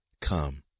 Come